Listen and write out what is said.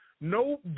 no